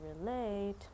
relate